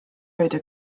hoida